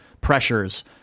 pressures